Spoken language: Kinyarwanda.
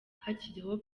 hakiriho